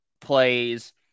plays